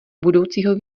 budoucího